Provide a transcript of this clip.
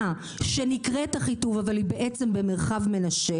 שנקראת אחיטוב אבל היא בעצם במרחב מנשה?